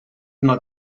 not